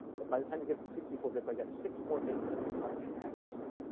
but by the time you get up to sixty four bits, i've got six more bits of fraction accuracy,